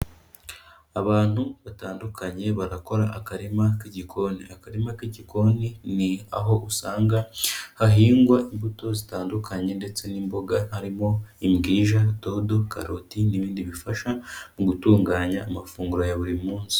Abantu batandukanye barakora akarima k'igikoni, akarima k'igikoni ni aho usanga hahingwa imbuto zitandukanye ndetse n'imboga, harimo imbwija, dodo, karoti n'ibindi bifasha mu gutunganya amafunguro ya buri munsi.